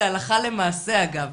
זה הלכה למעשה אגב.